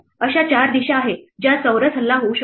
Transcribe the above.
अशा चार दिशा आहेत ज्यात चौरस हल्ला होऊ शकतो